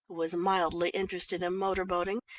was mildly interested in motor-boating,